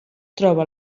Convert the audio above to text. troba